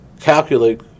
calculate